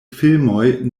filmoj